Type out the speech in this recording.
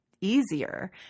easier